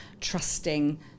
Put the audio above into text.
trusting